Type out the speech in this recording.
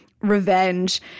revenge